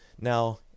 now